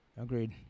Agreed